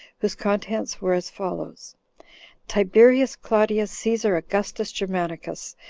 whose contents were as follows tiberius claudius caesar augustus germanicus,